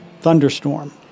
thunderstorm